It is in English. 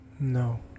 No